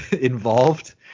involved